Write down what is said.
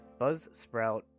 Buzzsprout